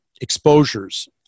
exposures